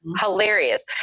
hilarious